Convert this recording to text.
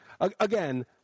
again